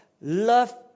Love